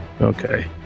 Okay